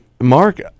Mark